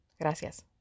Gracias